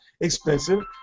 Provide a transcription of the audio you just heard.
expensive